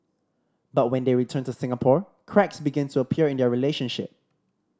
but when they returned to Singapore cracks began to appear in their relationship